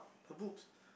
her boobs